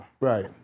Right